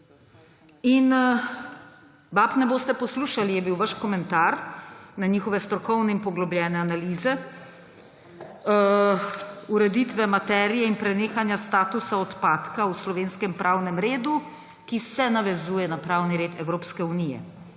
In »bab ne boste poslušali«, je bil vaš komentar na njihove strokovne in poglobljene analize, ureditve, materije in prenehanja statusa odpadka v slovenskem pravnem redu, ki se navezuje na pravni red Evropske unije.